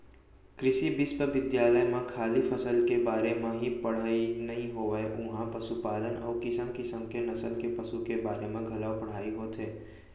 कृषि बिस्वबिद्यालय म खाली फसल के बारे म ही पड़हई नइ होवय उहॉं पसुपालन अउ किसम किसम के नसल के पसु के बारे म घलौ पढ़ाई होथे